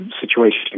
situation